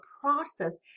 process